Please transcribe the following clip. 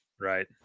right